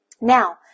Now